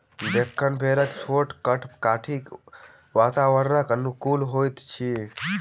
डेक्कन भेड़क छोट कद काठी वातावरणक अनुकूल होइत अछि